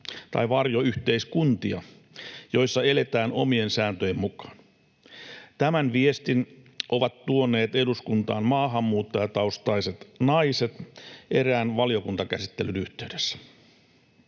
tai varjoyhteiskuntia, joissa eletään omien sääntöjen mukaan. Tämän viestin ovat tuoneet eduskuntaan maahanmuuttajataustaiset naiset erään valiokuntakäsittelyn yhteydessä.